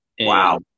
Wow